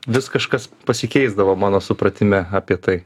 vis kažkas pasikeisdavo mano supratime apie tai